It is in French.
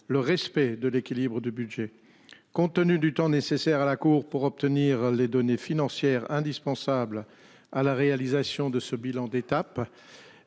le respect de l'équilibre du budget, compte tenu du temps nécessaire à la cour pour obtenir les données financières indispensables à la réalisation de ce bilan d'étape.